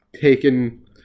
taken